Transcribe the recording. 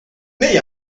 negli